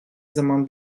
zaman